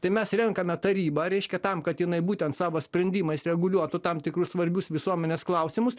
tai mes renkame tarybą reiškia tam kad jinai būtent savo sprendimais reguliuotų tam tikrus svarbius visuomenės klausimus